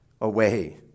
away